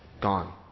Gone